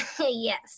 yes